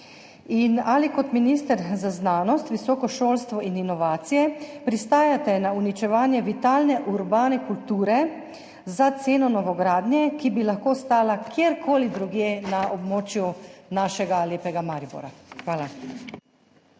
Ali kot minister za znanost, visoko šolstvo in inovacije pristajate na uničevanje vitalne urbane kulture za ceno novogradnje, ki bi lahko stala kjerkoli drugje na območju našega lepega Maribora? Hvala.